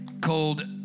called